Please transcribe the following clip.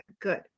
good